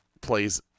plays